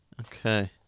Okay